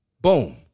Boom